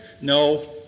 No